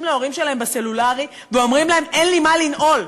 להורים שלהם בסלולרי ואומרים להם: אין לי מה לנעול,